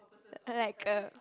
like a